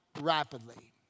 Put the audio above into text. rapidly